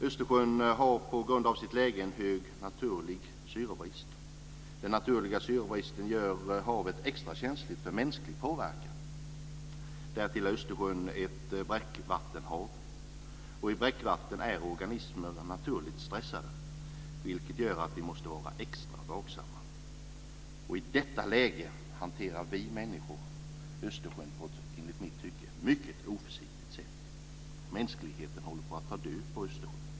Östersjön har på grund av sitt läge en hög naturlig syrebrist. Den naturliga syrebristen gör havet extra känsligt för mänsklig påverkan. Därtill är Östersjön ett bräckvattenhav. I bräckvatten är organismer naturligt stressade, vilket gör att vi måste vara extra vaksamma. I detta läge hanterar vi människor Östersjön enligt mitt tycke på ett mycket oförsiktigt sätt. Mänskligheten håller på att ta död på Östersjön.